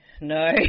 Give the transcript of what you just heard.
no